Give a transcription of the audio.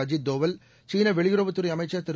அஜீத் தோவல் சீன வெளியுறவுத் துறை அமைச்சர் திரு